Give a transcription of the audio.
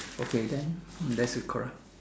okay then just record ah